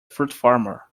farmer